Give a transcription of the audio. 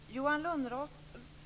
Herr talman!